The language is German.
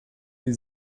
die